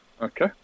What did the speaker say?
Okay